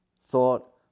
thought